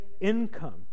income